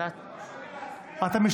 אתה מרשה?